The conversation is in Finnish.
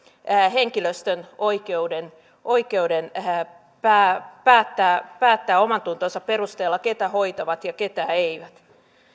henkilöstön oikeuden oikeuden päättää päättää omantuntonsa perusteella ketä hoitavat ja ketä eivät